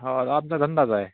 Howell आमचा धंदाच आहे